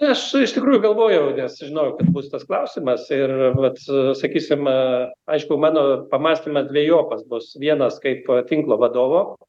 aš iš tikrųjų galvojau nes žinojau kad bus tas klausimas ir vat sakysim aišku mano pamąstymas dvejopas bus vienas kaip tinklo vadovo